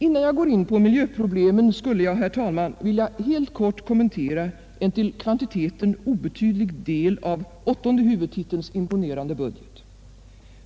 Innan jag går in på miljöproblemen skulle jag, herr talman, vilja helt kort kommentera en till kvantiteten obetydlig del av åttonde huvudtitelns imponerande budget.